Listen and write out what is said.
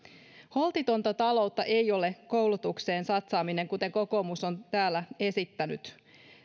holtitonta taloutta ei ole koulutukseen satsaaminen kuten kokoomus on täällä esittänyt